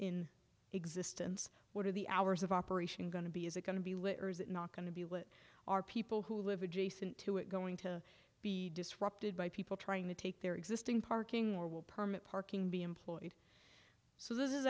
in existence what are the hours of operation going to be is it going to be lit or is it not going to be lit or people who live adjacent to it going to be disrupted by people trying to take their existing parking or will permit parking be employed so this is